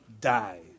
die